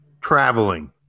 traveling